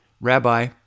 Rabbi